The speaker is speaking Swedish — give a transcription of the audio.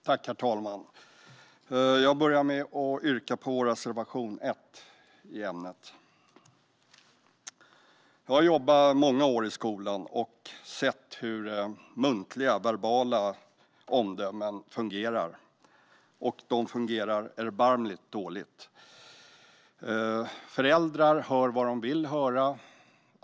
Herr talman! Jag börjar med att yrka bifall till reservation 1 i ämnet. Jag har jobbat många år i skolan och sett hur muntliga omdömen fungerar. De fungerar erbarmligt dåligt. Föräldrar hör vad de vill höra.